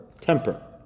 temper